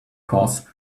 course